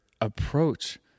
approach